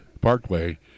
Parkway